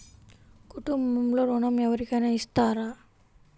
కుటుంబంలో ఋణం ఎవరికైనా ఇస్తారా?